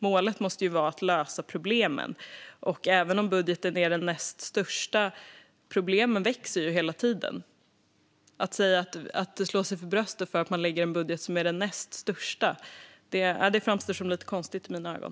Målet måste vara att lösa problemen, och även om budgeten är den näst största växer ju problemen hela tiden. Att slå sig för bröstet och säga att man lägger fram en budget som är den näst största framstår som lite konstigt i mina ögon.